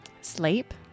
Sleep